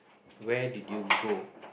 where did you go